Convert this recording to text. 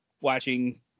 watching